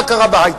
מה קרה בהיי-טק?